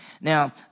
Now